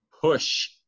push